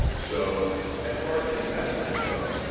so as far as the investments go,